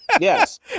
Yes